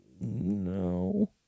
No